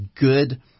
good